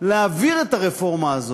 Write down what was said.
להעביר את הרפורמה הזאת,